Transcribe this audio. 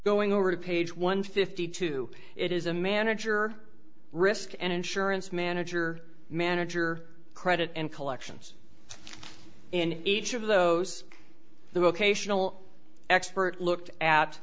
going over to page one fifty two it is a manager risk and insurance manager manager credit and collections in each of those the vocational expert looked at